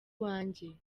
iwanjye